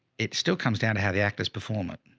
it still comes down to how the actor's performance.